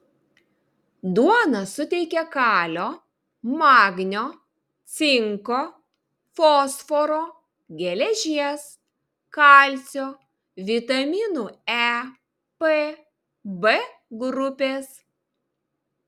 duona suteikia kalio magnio cinko fosforo geležies kalcio vitaminų e p b grupės